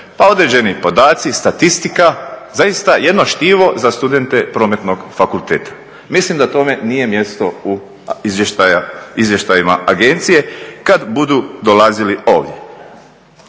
pa određeni podaci, statistika, zaista jedno štivo za studente Prometnog fakulteta. Mislim da tome nije mjesto u izvještajima agencije kada budu dolazili ovdje.